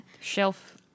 Shelf